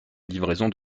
livraison